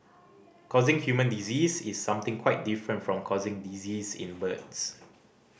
causing human disease is something quite different from causing disease in birds